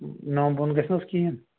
نَو بۅن گژھِ نا حظ کِہیٖنٛۍ